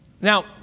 Now